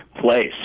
place